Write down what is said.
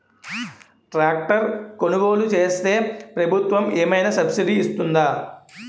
Tractor కొనుగోలు చేస్తే ప్రభుత్వం ఏమైనా సబ్సిడీ ఇస్తుందా?